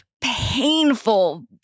painful